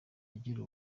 agira